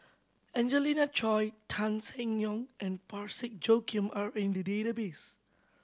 Angelina Choy Tan Seng Yong and Parsick Joaquim are in the database